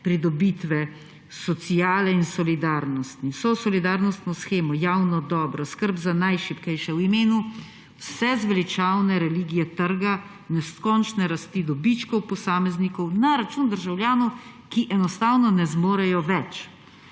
pridobitve sociale in solidarnosti. Vso solidarnostno shemo, javno dobro, skrb za najšibkejše, v imenu vsezveličavne religije trga, neskončne rasti dobičkov posameznikov na račun državljanov, ki enostavno ne zmorejo več.